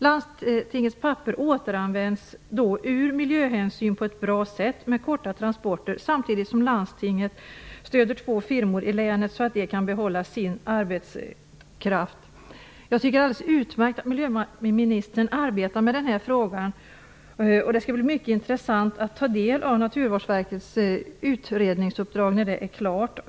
Landstingets papper återanvänds då på ett bra sätt ur miljösynpunkt med korta transporter samtidigt som landstinget stöder två firmor i länet så att de kan behålla sin arbetskraft. Jag tycker att det är alldeles utmärkt att miljöministern arbetar med den här frågan. Det skall bli mycket intressant att ta del av Naturvårdsverkets utredningsresultat när det är klart.